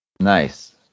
Nice